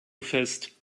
fest